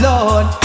Lord